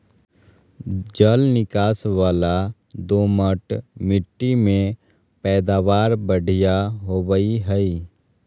जल निकास वला दोमट मिट्टी में पैदावार बढ़िया होवई हई